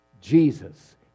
Jesus